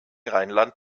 rheinland